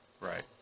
right